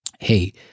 Hey